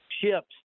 ships